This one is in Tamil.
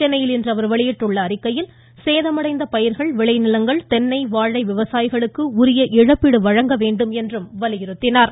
சென்னையில் இன்று அவர் வெளியிட்டுள்ள அறிக்கையில் சேதமடைந்த பயிர்கள் விளைநிலங்கள் தென்னை வாழை விவசாயிகளுக்கு உரிய இழப்பீடு வழங்க வேண்டும் என்றும் வலியுறுத்தியுள்ளார்